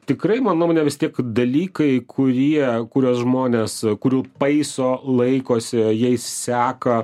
tikrai mano nuomone vis tiek dalykai kurie kuriuos žmonės kurių paiso laikosi jais seka